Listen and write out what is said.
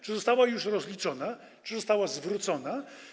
Czy została już rozliczona, czy została zwrócona?